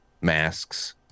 masks